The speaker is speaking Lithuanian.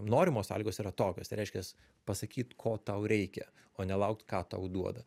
norimos sąlygos yra tokios tai reiškias pasakyt ko tau reikia o nelaukt ką tau duoda